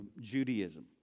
Judaism